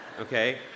Okay